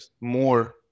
more